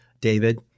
David